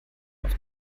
auf